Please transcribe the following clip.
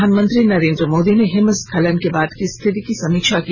प्रधानमंत्री नरेन्द्र मोदी ने हिमस्खलन के बाद की स्थिति की समीक्षा की